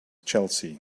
chelsea